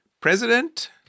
president